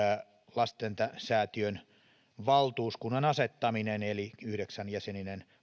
lastensäätiön valtuuskunnan asettaminen eli eduskunta asettaa yhdeksän jäsenisen